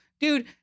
Dude